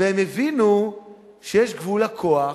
והם הבינו שיש גבול לכוח,